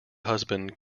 husband